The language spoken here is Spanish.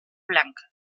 blanca